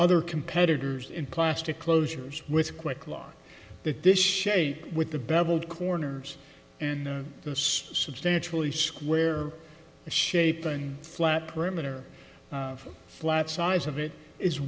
other competitors in plastic closures with quick law that this shape with the beveled corners and the so substantial a square shaped and flat perimeter of flat size of i